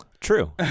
True